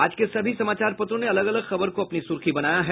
आज के सभी समाचार पत्रों ने अलग अलग खबर को अपनी सुर्खी बनाया है